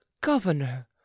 governor